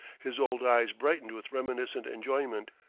his old eyes brightened with reminiscent enjoyment.